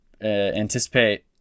anticipate